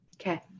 Okay